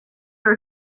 are